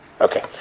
Okay